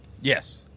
Yes